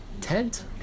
Tent